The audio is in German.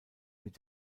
mit